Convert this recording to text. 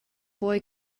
boy